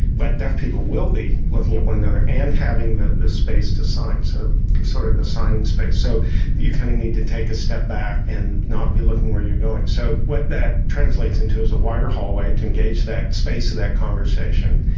but deaf people will be looking at one another, and having the the space to sign so sort of the signing space. so you kind of need to take a step back and not be looking where you're going. so what that translates into is a wider hallway to engage that space for that conversation,